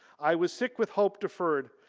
i was sick with hope deferred.